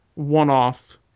one-off